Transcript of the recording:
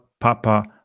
Papa